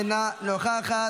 אינה נוכחת,